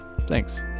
Thanks